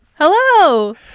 Hello